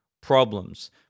problems